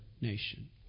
nation